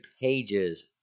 pages